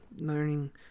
learning